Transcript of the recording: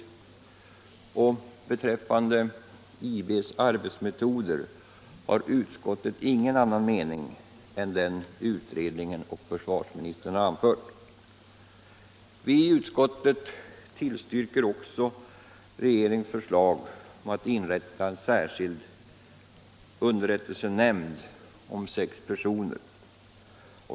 Beträffande IB:s arbetsmetoder har utskottet ingen annan mening än den utredningen och försvarsministern anfört. Vi i utskottet tillstyrker också regeringens förslag att inrätta en särskild underrättelsenämnd om sex personer.